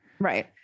Right